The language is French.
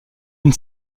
une